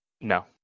no